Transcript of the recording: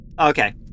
okay